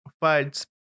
fights